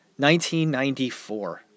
1994